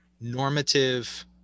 normative